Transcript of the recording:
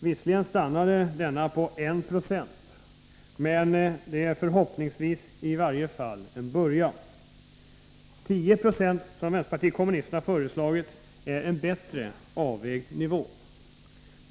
Visserligen stannade den på 1 90, men det är förhoppningsvis i alla fall en början. 10 96, som vänsterpartiet kommunisterna föreslagit, är en bättre avvägd nivå.